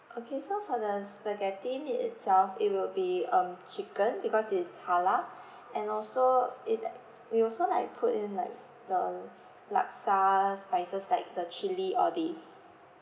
okay so for the spaghetti meat itself it will be um chicken because it is halal and also it uh we also like put in likes the laksa spices like the chili all these